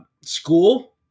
school